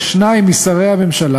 ששניים משרי הממשלה,